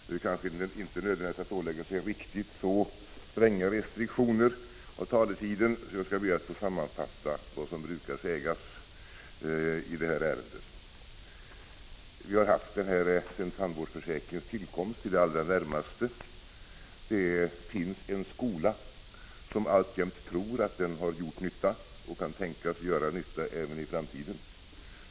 Det är kanske inte nödvändigt att ålägga sig riktigt så stränga restriktioner när det gäller taletiden, varför jag ber att få sammanfatta, såsom brukar sägas, det här ärendet. Vi har haft etableringsbegränsning sedan i det närmaste tandförsäkringens tillkomst. Det finns en skola som alltjämt tror att etableringsbegränsningen har gjort nytta och kan tänkas göra nytta även i framtiden.